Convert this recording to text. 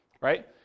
right